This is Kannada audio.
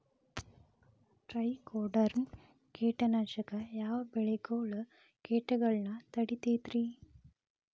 ಟ್ರೈಕೊಡರ್ಮ ಕೇಟನಾಶಕ ಯಾವ ಬೆಳಿಗೊಳ ಕೇಟಗೊಳ್ನ ತಡಿತೇತಿರಿ?